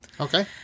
Okay